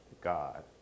God